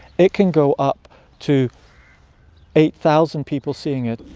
it can go up to eight thousand people seeing it.